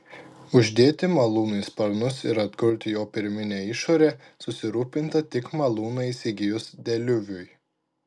uždėti malūnui sparnus ir atkurti jo pirminę išorę susirūpinta tik malūną įsigijus deliuviui